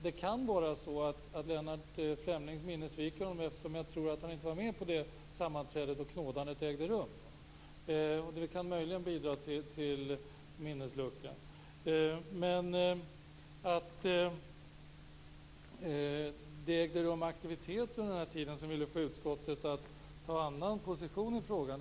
Det kan vara så att Lennart Fremlings minne sviker honom, eftersom han nog inte var med på det sammanträdet då knådandet ägde rum. Detta kan möjligen bidra till minnesluckan. Jag kommer också väldigt tydligt ihåg att det under den tiden ägde rum aktiviteter som ville få utskottet att inta en annan position i frågan.